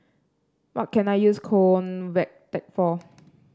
what can I use Convatec for